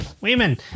Women